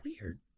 weird